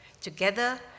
Together